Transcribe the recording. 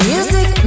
Music